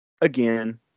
again